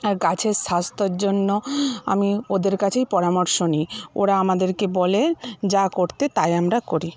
আর গাছের স্বাস্থ্যর জন্য আমি ওদের কাছেই পরামর্শ নিই ওরা আমাদেরকে বলে যা করতে তাই আমরা করি